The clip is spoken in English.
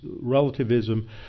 relativism